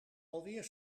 alweer